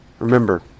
Remember